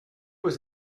was